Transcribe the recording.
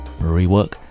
rework